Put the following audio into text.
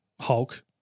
Hulk